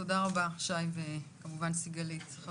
תודה לשי וסיגלית, יהי רצון שלא תדעו צער עוד.